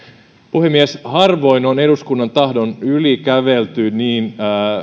puhemies harvoin on eduskunnan tahdon yli kävelty niin